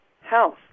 health